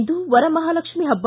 ಇಂದು ವರಮಹಾಲಕ್ಷ್ಮ ಹಬ್ಬ